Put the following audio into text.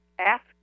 ask